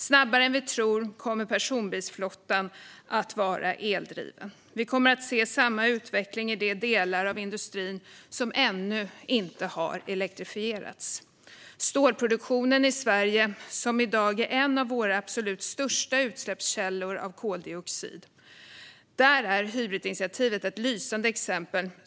Snabbare än vi tror kommer personbilsflottan att vara eldriven, och vi kommer att se samma utveckling i de delar av industrin som ännu inte har elektrifierats. I stålproduktionen i Sverige, som i dag är en av våra absolut största utsläppskällor av koldioxid, är Hybritinitiativet ett lysande exempel.